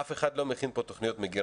אף אחד לא מכין פה תוכניות מגירה.